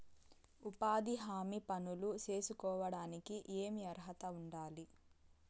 ఉపాధి హామీ పనులు సేసుకోవడానికి ఏమి అర్హత ఉండాలి?